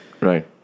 right